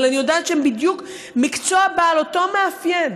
אבל אני יודעת שהם בדיוק מקצוע בעל אותו מאפיין,